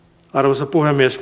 arvoisa puhemies